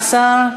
15,